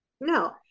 No